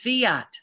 Fiat